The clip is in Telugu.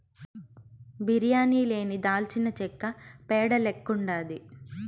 బిర్యానీ లేని దాల్చినచెక్క పేడ లెక్కుండాది